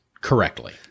correctly